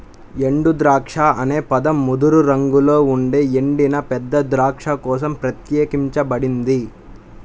ఎండుద్రాక్ష అనే పదం ముదురు రంగులో ఉండే ఎండిన పెద్ద ద్రాక్ష కోసం ప్రత్యేకించబడింది